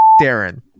Darren